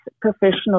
professional